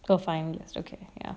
oh finalist okay ya